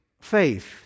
faith